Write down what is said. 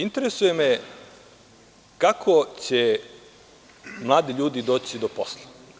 Interesuje me kako će mladi ljudi doći do posla?